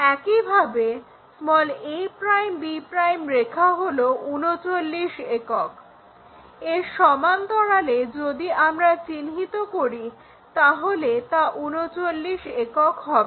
একইভাবে a'b' রেখা হলো 39 একক এর সমান্তরালে যদি আমরা চিহ্নিত করি তাহলে তা 39 একক হবে